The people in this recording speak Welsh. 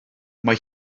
mae